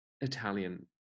Italian